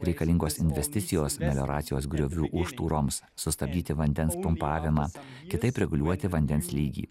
reikalingos investicijos melioracijos griovių užtūroms sustabdyti vandens pumpavimas kitaip reguliuoti vandens lygį